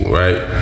right